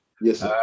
Yes